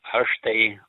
aš tai